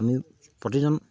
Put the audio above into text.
আমি প্ৰতিজন